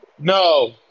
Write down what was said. No